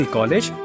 College